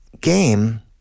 game